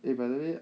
eh by the way